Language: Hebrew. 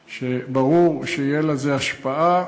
₪, וברור שתהיה לזה השפעה.